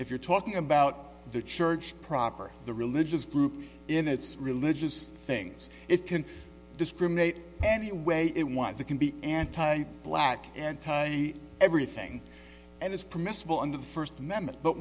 if you're talking about the church proper the religious group in its religious things it can discriminate any way it wants it can be anti black anti everything and it's permissible under the first amendment but